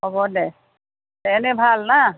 হ'ব দে এনে ভাল না